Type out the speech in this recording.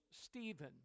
Stephen